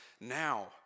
now